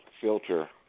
filter